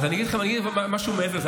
אני אגיד משהו מעבר לזה.